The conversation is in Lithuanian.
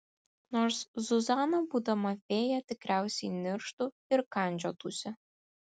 nors zuzana būdama fėja tikriausiai nirštų ir kandžiotųsi